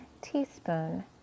teaspoon